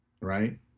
right